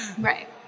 Right